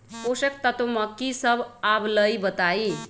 पोषक तत्व म की सब आबलई बताई?